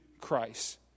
Christ